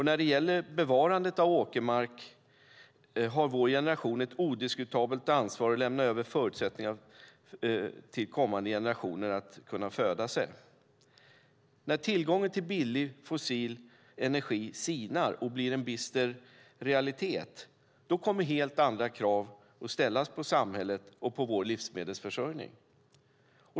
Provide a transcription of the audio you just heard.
När det gäller bevarandet av åkermark har vår generation ett odiskutabelt ansvar för att överlämna förutsättningar för kommande generationer att föda sig. När den billiga fossila energin sinar kommer helt andra krav att ställas på samhället och på vår livsmedelsförsörjning.